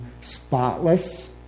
spotless